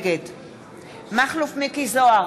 נגד מכלוף מיקי זוהר,